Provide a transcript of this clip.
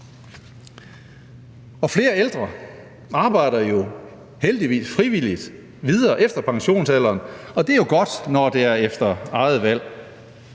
Flere ældre arbejder jo heldigvis frivilligt videre efter pensionsalderen, og det er godt, når det er efter eget valg.